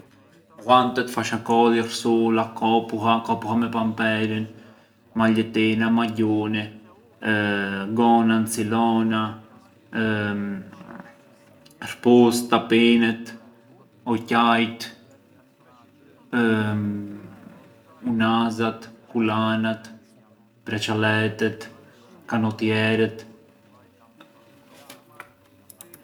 Ghuantet, fashakoli, kësula, kopulla, kopulla me pamperën, maljettina, magjuni gona, ncilona, këpucët, tapinet, oqajt unazat, kulanat, braçaletet, kanotjerët.